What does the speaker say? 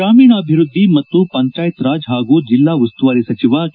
ಗ್ರಾಮೀಣಾಭಿವ್ಯದ್ಲಿ ಮತ್ತು ಪಂಚಾಯತ್ ರಾಜ್ ಹಾಗೂ ಜೆಲ್ಲಾ ಉಸ್ತುವಾರಿ ಸಚಿವ ಕೆ